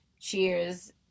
cheers